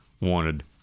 wanted